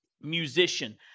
musician—